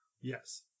Yes